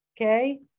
okay